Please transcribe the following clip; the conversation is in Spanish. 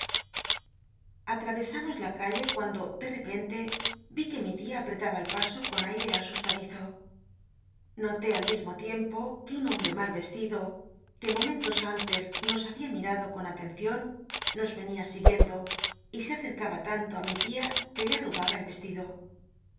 rcsábamos la chile cuando de repente rí que mi tia apretaba el p so con a ite asustadizo noté al mismo tiempo que un honibrc mal yestido que momentos antes nos babia mitado con atencion nos enia siguiendo y se acctcaba tanto á mi tia que le mtugaha el cstido